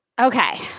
Okay